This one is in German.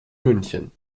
münchen